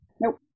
Nope